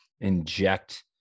inject